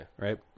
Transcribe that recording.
right